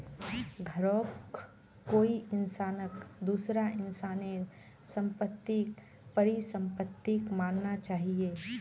घरौंक कोई इंसानक दूसरा इंसानेर सम्पत्तिक परिसम्पत्ति मानना चाहिये